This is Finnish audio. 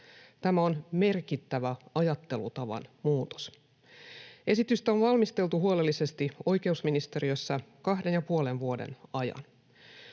Tämä on merkittävä ajattelutavan muutos. Esitystä on valmisteltu huolellisesti oikeusministeriössä 2,5 vuoden ajan.